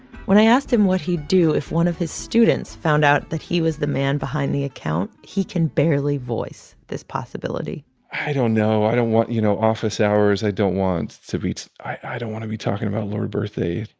when i asked him what he'd do if one of his students found out that he was the man behind the account, he can barely voice this possibility i don't know. i don't want, you know, office hours. i don't want to be i don't want to be talking about lord birthday.